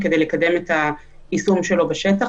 כדי לקדם את היישום שלו בשטח.